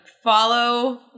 Follow